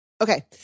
Okay